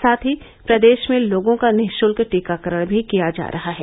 साथ ही प्रदेश में लोगों का निशुल्क टीकाकरण भी किया जा रहा है